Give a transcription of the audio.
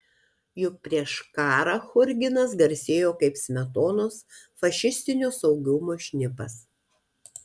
juk prieš karą churginas garsėjo kaip smetonos fašistinio saugumo šnipas